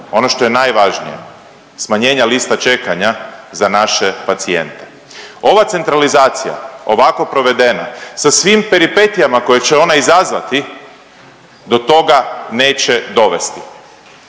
ono što je najvažnije, smanjenja lista čekanja za naše pacijente. Ova centralizacija ovako provedena sa svim peripetijama koje će ona izazvati do toga neće dovesti,